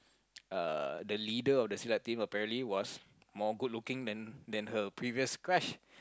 uh the leader of the Silat team apparently was more good looking than than her previous crush